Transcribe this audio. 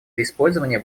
использования